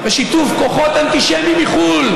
בשיתוף כוחות אנטישמיים מחו"ל,